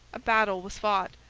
a battle was fought,